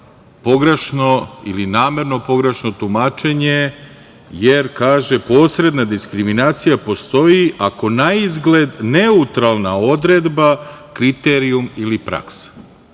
pogrešno ili namerno pogrešno tumačenje, jer kaže – posredna diskriminacija postoji ako na izgled neutralna odredba, kriterijum ili praksa…Šta